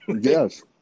Yes